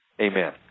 Amen